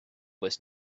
was